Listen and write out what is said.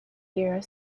year